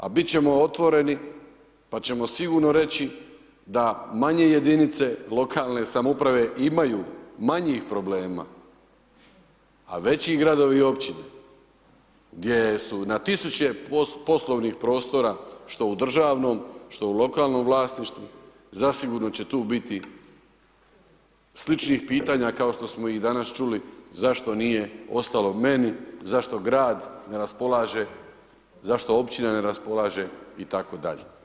A biti ćemo otvoreni pa ćemo sigurno reći, da manje jedinice lokalne samouprave imaju manjih problema, a veći gradovi i općine, gdje su na tisuće poslovnih prostora, što u državnom što u lokalnom vlasništvu, zasigurno će tu biti sličnih pitanja, kao što smo i danas čuli, zašto nije ostalo meni, zašto grad ne raspolaže zašto općina ne raspolaže itd.